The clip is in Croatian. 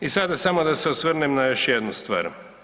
I sada samo da se osvrnem na još jednu stvar.